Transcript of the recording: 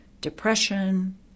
depression